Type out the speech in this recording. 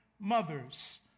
mothers